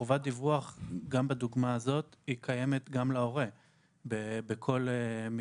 חבות דיווח גם בדוגמה הזאת קיימת גם להורה בכל מקרה.